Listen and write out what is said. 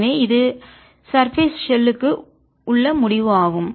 எனவே இது சர்பேஸ் மேற்பரப்பு ஷெல்லுக்கு உள்ள முடிவு ஆகும்